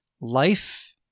life